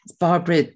Barbara